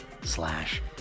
slash